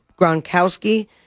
Gronkowski